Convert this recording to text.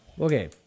Okay